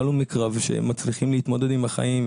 לא הלומי קרב שמצליחים להתמודד עם החיים.